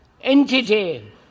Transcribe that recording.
entity